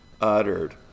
uttered